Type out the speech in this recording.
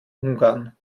ungarn